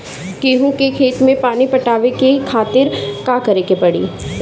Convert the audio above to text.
गेहूँ के खेत मे पानी पटावे के खातीर का करे के परी?